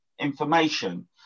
information